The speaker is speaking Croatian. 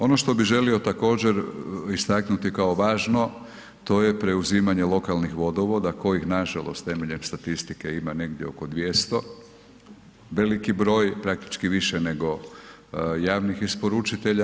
Ono što bih želio također istaknuti kao važno to je preuzimanje lokalnih vodovoda kojih nažalost temeljem statistike ima negdje oko 200, veliki broj, praktički više nego javnih isporučitelja.